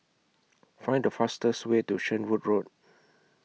Find The fastest Way to Shenvood Road